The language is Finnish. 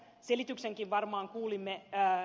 selityksenkin varmaan kuulimme ed